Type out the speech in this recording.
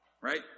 Right